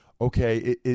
okay